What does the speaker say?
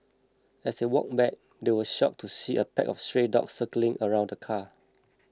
as they walked back they were shocked to see a pack of stray dogs circling around the car